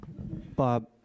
bob